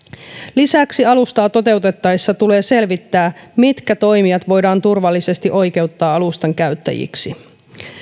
lisäksi alustaa toteutettaessa tulee selvittää mitkä toimijat voidaan turvallisesti oikeuttaa alustan käyttäjiksi